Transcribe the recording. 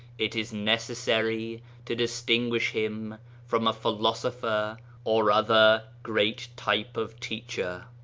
it is necessary to dis tinguish him from a philosopher or other great type of teacher.